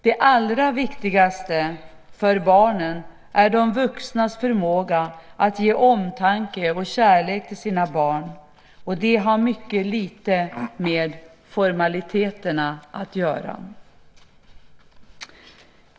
Det allra viktigaste för barnen är de vuxnas förmåga att ge omtanke och kärlek till sina barn, och det har mycket lite med formaliteterna att göra.